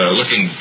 looking